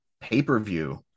pay-per-view